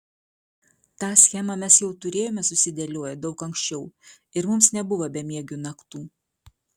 tą schemą mes jau turėjome susidėlioję daug ankščiau ir mums nebuvo bemiegių naktų